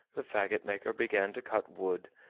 the fagot-maker began to cut wood,